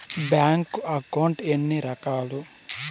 bank account ఎన్ని రకాలు